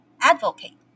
Advocate